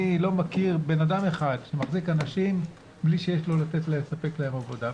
אני לא מכיר אדם אחד שמחזיק אנשים בלי שיש בידו לספק להם עבודה.